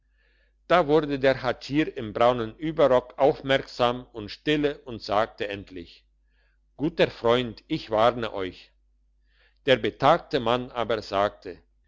da wurde der hatschier im braunen überrock aufmerksam und stille und sagte endlich guter freund ich warne euch der betagte mann aber sagte